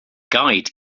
guide